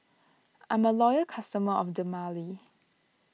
I'm a loyal customer of Dermale